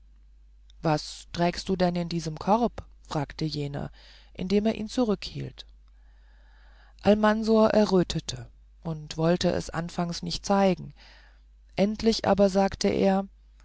was trägst du denn in diesem korb fragte jener indem er ihn zurückhielt almansor errötete und wollte es anfangs nicht zeigen endlich aber sagte er